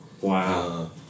Wow